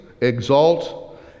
exalt